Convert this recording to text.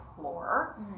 floor